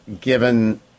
given